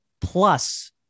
plus